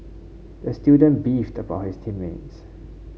the student beefed about his team mates